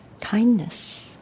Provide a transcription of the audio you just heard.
Kindness